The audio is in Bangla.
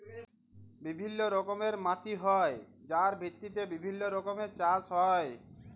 বিভিল্য রকমের মাটি হ্যয় যার ভিত্তিতে বিভিল্য রকমের চাস হ্য়য়